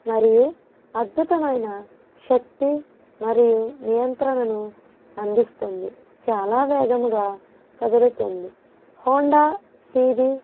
మరియు అద్భుతమైన శక్తి మరియు నియంత్రణను అందిస్తుంది చాలా వేగముగా కదులుతుంది హోండా సిబీ